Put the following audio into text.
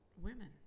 women